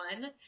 one